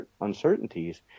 uncertainties